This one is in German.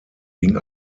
ging